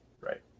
right